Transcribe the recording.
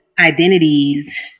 identities